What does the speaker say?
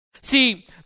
See